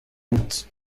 routes